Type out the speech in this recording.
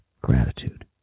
gratitude